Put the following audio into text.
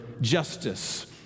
justice